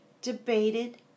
debated